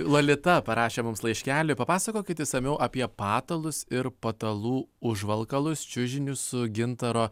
lolita parašė mums laiškelį papasakokit išsamiau apie patalus ir patalų užvalkalus čiužinius su gintaro